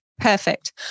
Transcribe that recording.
perfect